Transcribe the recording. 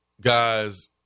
guys